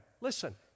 Listen